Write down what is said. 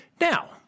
Now